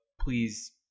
please